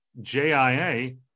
JIA